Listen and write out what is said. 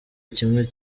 kimwe